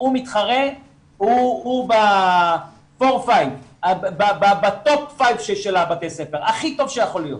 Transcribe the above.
הוא הכי טוב שיכול להיות.